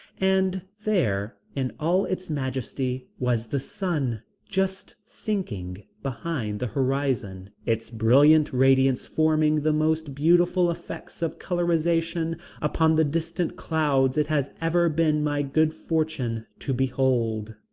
and there, in all its majesty was the sun just sinking behind the horizon, its brilliant radiance forming the most beautiful effects of colorization upon the distant clouds it has ever been my good fortune to behold.